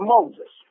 Moses